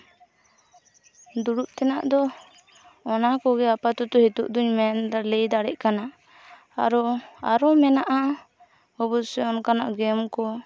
ᱫᱩᱲᱩᱵ ᱛᱮᱱᱟᱜ ᱫᱚ ᱚᱱᱟ ᱠᱚᱜᱮ ᱟᱯᱟᱛᱚᱛᱚ ᱱᱤᱛᱳᱜ ᱫᱚᱧ ᱢᱮᱱᱫᱟ ᱞᱟᱹᱭ ᱫᱟᱲᱮᱭᱟᱜ ᱠᱟᱱᱟ ᱟᱨᱚ ᱟᱨᱚ ᱢᱮᱱᱟᱜᱼᱟ ᱚᱵᱚᱥᱥᱳᱭ ᱚᱱᱠᱟᱱᱟᱜ ᱜᱮᱢ ᱠᱚ